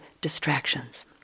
distractions